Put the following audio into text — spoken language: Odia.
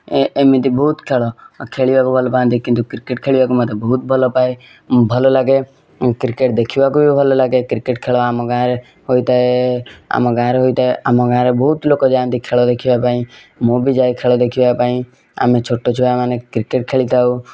ଏମିତି ବହୁତ ଖେଳ ଖେଳିବାକୁ ଭଲ ପାଆନ୍ତି କିନ୍ତୁ କ୍ରିକେଟ ଖେଳିବାକୁ ମୋତେ ବହୁତ ଭଲପାଏ ଭଲଲାଗେ କ୍ରିକେଟ ଦେଖିବାକୁ ବି ଭଲଲାଗେ କ୍ରିକେଟ ଖେଳ ଆମ ଗାଁରେ ହୋଇଥାଏ ଆମ ଗାଁରେ ହୋଇଥାଏ ଆମ ଗାଆଁରେ ବହୁତ ଲୋକ ଯାଆନ୍ତି ଖେଳ ଦେଖିବାପାଇଁ ମୁଁ ବି ଯାଏ ଖେଳ ଦେଖିବାପାଇଁ ଆମେ ଛୋଟ ଛୁଆମାନେ କ୍ରିକେଟ ଖେଳିଥାଉ